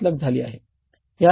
5 लाख झाली आहे